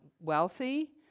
wealthy